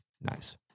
nice